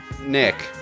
Nick